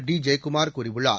டிஜெயக்குமார் கூறியுள்ளார்